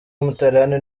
w’umutaliyani